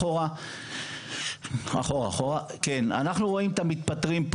אנחנו רואים פה את המתפטרים,